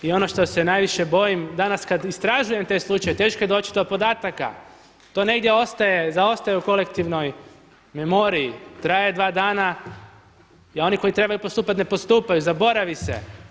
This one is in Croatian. I ono što se najviše bojim danas kad istražujem te slučajeve teško je doći do podataka, to negdje ostaje, zaostaje u kolektivnoj memoriji, traje 2 dana i oni koji trebaju postupati ne postupaju, zaboravi se.